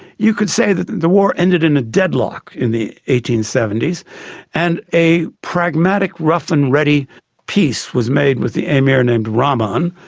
you could say that the war ended in a deadlock in the eighteen seventy s and a pragmatic rough-and-ready peace was made with the amir named rahman.